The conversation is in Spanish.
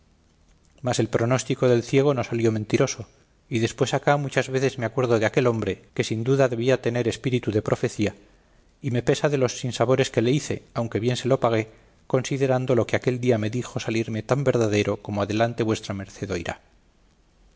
mas el pronóstico del ciego no salió mentiroso y después acá muchas veces me acuerdo de aquel hombre que sin duda debía tener spíritu de profecía y me pesa de los sinsabores que le hice aunque bien se lo pagué considerando lo que aquel día me dijo salirme tan verdadero como adelante v m oirá